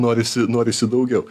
norisi norisi daugiau